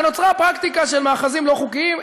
הרי נוצרה פרקטיקה של מאחזים לא חוקיים,